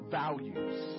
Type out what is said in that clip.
values